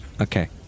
Okay